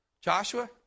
Joshua